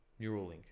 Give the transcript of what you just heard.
Neuralink